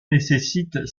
nécessite